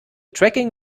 tracking